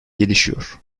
gelişiyor